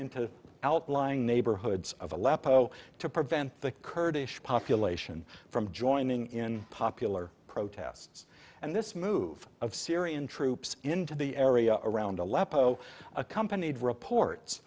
into outlying neighborhoods of aleppo to prevent the kurdish population from joining in popular protests and this move of syrian troops into the area around aleppo accompanied reports